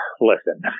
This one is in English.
listen